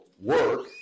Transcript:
work